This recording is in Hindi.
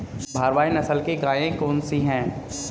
भारवाही नस्ल की गायें कौन सी हैं?